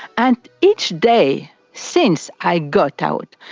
and each day since i got out,